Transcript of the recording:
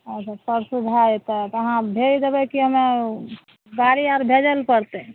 अच्छा परसू भऽ जेतै तऽ अहाँ भेज देबै कि हमे गाड़ी आर भेजै लऽ पड़तै